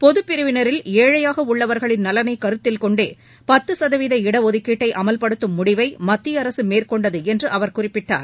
பொதுப்பிரிவினில் ஏழையாக உள்ளவர்களின் நலனைக் கருத்தில் கொண்டே பத்து சதவீத இடஒதுக்கீட்டை அமல்படுத்தும் முடிவை மத்திய அரசு மேற்கொண்டது என்று அவர் குறிப்பிட்டார்